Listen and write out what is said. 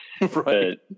Right